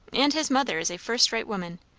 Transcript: and his mother is a first-rate woman.